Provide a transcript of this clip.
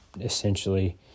essentially